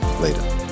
Later